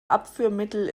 abführmittel